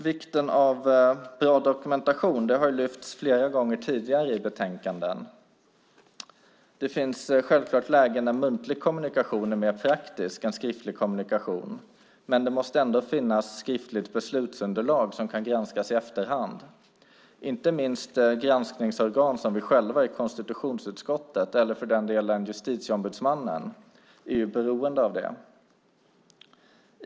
Vikten av bra dokumentation har lyfts upp flera gånger tidigare i betänkanden. Det finns självklart lägen där muntlig kommunikation är mer praktisk än skriftlig kommunikation. Men det måste ändå finnas skriftligt beslutsunderlag som kan granskas i efterhand. Inte minst granskningsorgan som vi själva i konstitutionsutskottet eller för den delen Justitieombudsmannen är beroende av det.